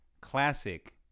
classic